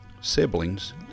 siblings